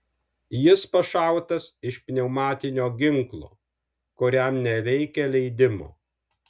jis pašautas iš pneumatinio ginklo kuriam nereikia leidimo